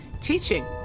teaching